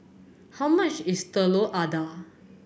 how much is telur adah